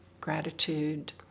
gratitude